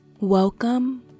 welcome